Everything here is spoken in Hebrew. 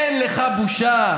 אין לך בושה?